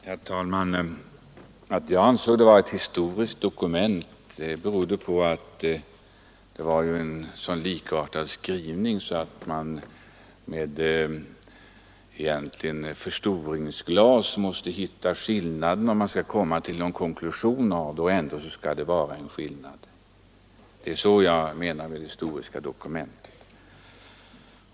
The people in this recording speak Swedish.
Herr talman! Att jag ansåg enigheten vara någonting historiskt berodde på att skrivningarna var så likartade att man egentligen skulle ha behövt förstoringsglas för att se skillnaden. Det var så jag menade när jag talade om ett historiskt dokument.